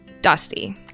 Dusty